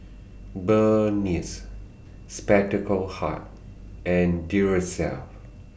Burnie Spectacle Hut and Duracell